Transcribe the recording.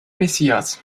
messias